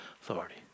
authority